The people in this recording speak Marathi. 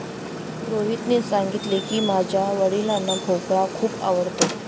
रोहितने सांगितले की, माझ्या वडिलांना भोपळा खूप आवडतो